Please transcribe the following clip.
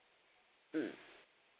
mm